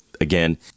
again